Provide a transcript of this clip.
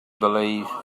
believe